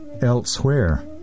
elsewhere